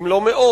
אם לא מאות,